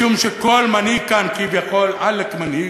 משום שכל מנהיג כאן כביכול, עלק מנהיג,